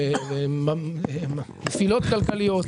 ונפילות כלכליות.